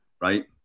right